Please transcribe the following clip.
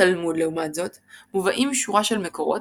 בתלמוד לעומת זאת מובאים שורה של מקורות